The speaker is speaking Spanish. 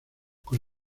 con